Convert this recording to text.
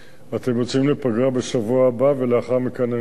אתם יוצאים לפגרה בשבוע הבא ולאחר מכן אני יוצא לסין.